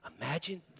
Imagine